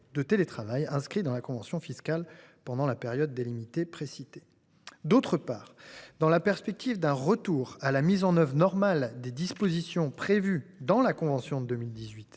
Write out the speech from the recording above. de télétravail inscrit dans la convention fiscale pendant la période délimitée précitée. D’autre part, dans la perspective d’un retour à la mise en œuvre normale des dispositions prévues dans la convention de 2018